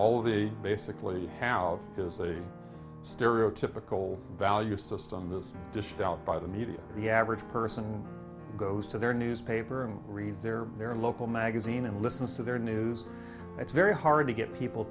all they basically have is a stereotypical value system that is just out by the media the average person goes to their newspaper and read their their local magazine and listens to their news it's very hard to get people